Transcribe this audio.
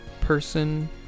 person